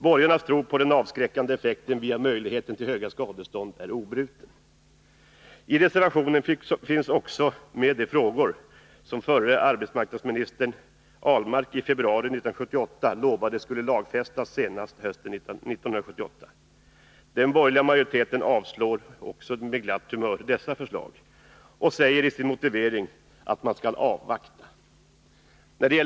Borgarnas tro på att med hjälp av höga skadestånd åstadkomma en avskräckande effekt är obruten. I reservationen finns också med de frågor som förre arbetsmarknadsministern Ahlmark i februari 1978 lovade skulle lagfästas senast hösten 1978. Den borgerliga majoriteten avstyrker med glatt humör också dessa förslag och säger i sin motivering att man skall avvakta.